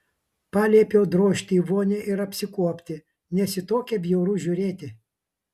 paliepiau drožti į vonią ir apsikuopti nes į tokią bjauru žiūrėti